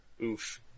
Oof